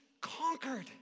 conquered